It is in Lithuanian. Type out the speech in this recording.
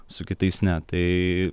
su kitais ne taai